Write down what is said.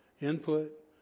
input